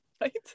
right